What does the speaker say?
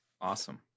Awesome